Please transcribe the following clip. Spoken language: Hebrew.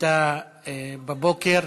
הייתה בבוקר.